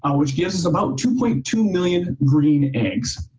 um which gives us about two point two million green eggs.